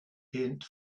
paint